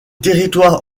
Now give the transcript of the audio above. territoires